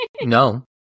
No